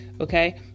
okay